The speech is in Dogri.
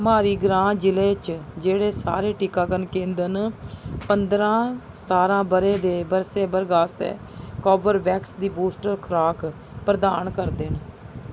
मारी ग्रां जिले च जेह्ड़े सारे टीकाकरण केंद्र न पंदरां सतारां ब'रे दे बरसे वर्ग आस्तै कारबेवैक्स दी बूस्टर खराक प्रदान करदे न